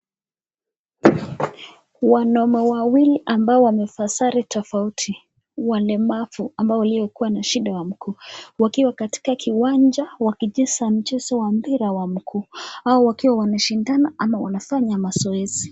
Wanaume ambao wamefaa sare tafauti, walemavu waliyekuwa na shida ya mguu wakiwa katika kiwanjani wakicheza mchezo wa mpira ya mguu hawa wakiwa wanashindana ama wanafanya nmazoezi.